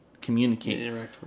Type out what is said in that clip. communicate